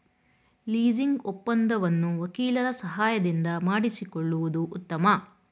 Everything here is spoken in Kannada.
ಲೀಸಿಂಗ್ ಒಪ್ಪಂದವನ್ನು ವಕೀಲರ ಸಹಾಯದಿಂದ ಮಾಡಿಸಿಕೊಳ್ಳುವುದು ಉತ್ತಮ